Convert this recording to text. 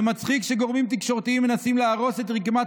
ומצחיק שגורמים תקשורתיים מנסים להרוס את רקמת